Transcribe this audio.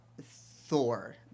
Thor